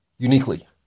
Uniquely